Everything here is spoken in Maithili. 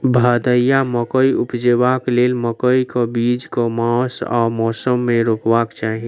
भदैया मकई उपजेबाक लेल मकई केँ बीज केँ मास आ मौसम मे रोपबाक चाहि?